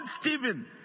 Stephen